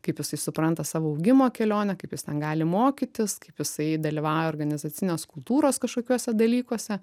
kaip jisai supranta savo augimo kelionę kaip jis ten gali mokytis kaip jisai dalyvauja organizacinės kultūros kažkokiuose dalykuose